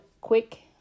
quick